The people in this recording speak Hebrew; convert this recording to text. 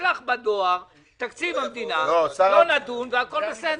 ישלח בדואר את תקציב המדינה, לא נדון והכול בסדר.